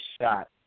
shot